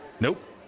Nope